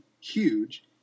huge